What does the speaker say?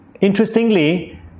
interestingly